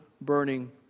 burning